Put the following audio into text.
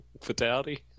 Fatality